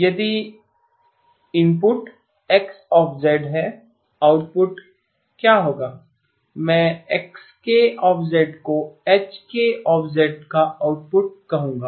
यदि input X है output क्या होगा मैं Xk को Hk का आउटपुट कहूंगा